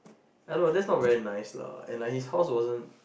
I know that's not very nice lah and like his house wasn't